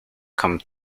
come